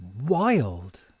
wild